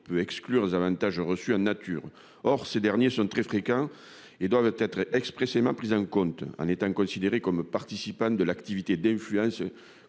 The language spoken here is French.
peut exclure les avantages reçus à nature. Or, ces derniers sont très fréquents et doivent être expressément prise en compte en étant considéré comme participant de l'activité d'influence